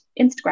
Instagram